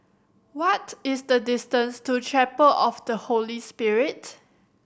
what is the distance to Chapel of the Holy Spirit